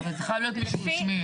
אבל זה חייב להיות מישהו רשמי.